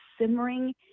simmering